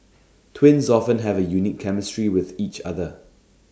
twins often have A unique chemistry with each other